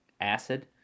acid